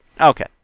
Okay